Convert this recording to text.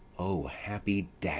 o happy